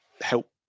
help